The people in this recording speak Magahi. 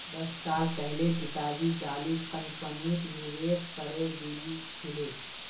दस साल पहले पिताजी जाली कंपनीत निवेश करे दिल छिले